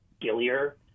Gillier